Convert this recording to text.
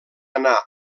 anar